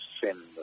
sin